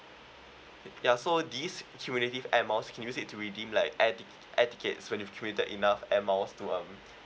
ya so this accumulative Air Miles you can use it to redeem like air tick~ air tickets when you accumulated enough Air Miles to um